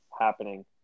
happening